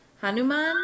Hanuman